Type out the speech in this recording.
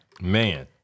Man